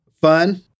Fun